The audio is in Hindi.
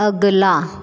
अगला